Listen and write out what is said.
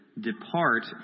depart